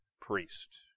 priest